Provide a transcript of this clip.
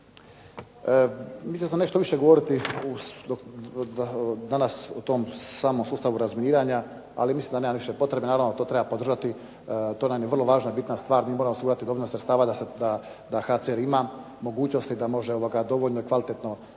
Mislio sam nešto više govoriti danas o tom samom sustavu razminiranja, ali mislim da nema više potrebe. Naravno, to treba podržati, to nam je vrlo važna, bitna stvar. Mi moramo osigurati dovoljno sredstava da HCR ima mogućnosti da može dovoljno i kvalitetno